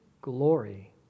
glory